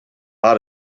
out